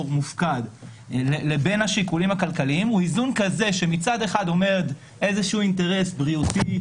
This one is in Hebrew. מופקד לבין השיקולים הכלכליים הוא איזון של אינטרס בריאותי,